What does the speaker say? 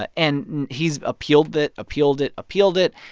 ah and and he's appealed it, appealed it, appealed it.